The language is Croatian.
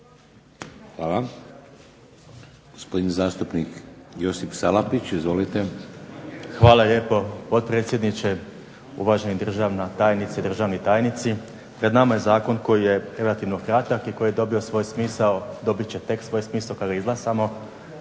Hvala. Gospodin zastupnik Josip Salapić. Izvolite. **Salapić, Josip (HDZ)** Hvala lijepo. Potpredsjedniče, uvaženi državna tajnice, državni tajnici. Pred nama je zakon koji je relativno kratak, i koji je dobio svoj smisao, dobit će tek svoj smisao kad ga izglasamo,